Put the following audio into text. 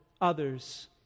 others